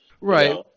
Right